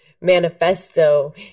manifesto